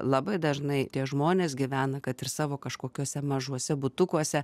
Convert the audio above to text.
labai dažnai tie žmonės gyvena kad ir savo kažkokiuose mažuose butukuose